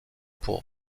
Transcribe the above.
pour